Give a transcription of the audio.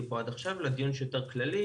פה עד עכשיו אלא לדיון שהוא יותר כללי.